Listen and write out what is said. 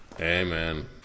amen